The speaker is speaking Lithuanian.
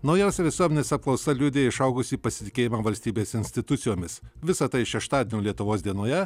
naujausia visuomenės apklausa liudija išaugusį pasitikėjimą valstybės institucijomis visa tai šeštadienio lietuvos dienoje